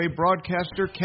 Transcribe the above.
broadcaster